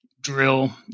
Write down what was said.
drill